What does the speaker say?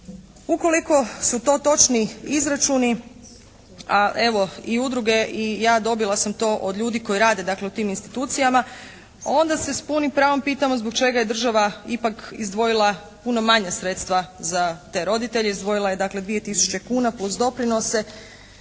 Ukoliko su to točni izračuni, a evo i udruge i ja, dobila sam to od ljudi koji rade dakle u tim institucijama onda se s punim pravom pitamo zbog čega je država ipak izdvojila puno manja sredstva za te roditelje. Izdvojila je dakle 2000 kuna plus doprinose